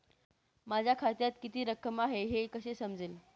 माझ्या खात्यात किती रक्कम आहे हे कसे समजेल?